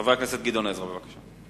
חבר הכנסת גדעון עזרא, בבקשה.